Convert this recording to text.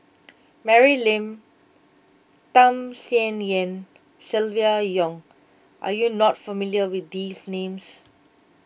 Mary Lim Tham Sien Yen Silvia Yong are you not familiar with these names